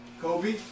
Kobe